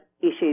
issues